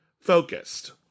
focused